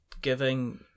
giving